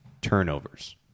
turnovers